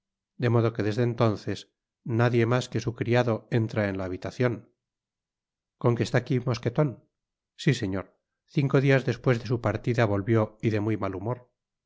de modo que desde entonces nadie mas que su criado entra en la habitacion con que está aqui mosqueton si señor cinco dias despues de su partida volvió y de muy mal humor